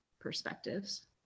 perspectives